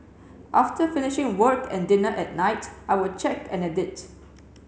after finishing work and dinner at night I will check and edit